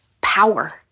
power